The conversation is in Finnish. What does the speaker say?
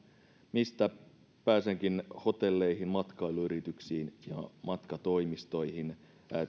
mistä pääsenkin hotelleihin matkailuyrityksiin ja matkatoimistoihin